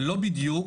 לא בדיוק.